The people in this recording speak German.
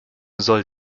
soll